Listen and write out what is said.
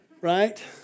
right